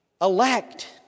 elect